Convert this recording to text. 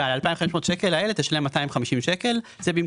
ועל ה-2,500 ₪ האלה תשלם 250 ₪.